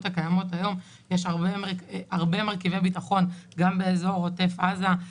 הקיימות היום יש הרבה מרכיבי ביטחון גם באזור עוטף עזה.